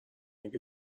اگه